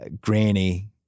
Granny